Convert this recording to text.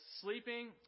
sleeping